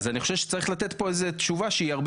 אני חושב שצריך לתת פה איזה תשובה שהיא הרבה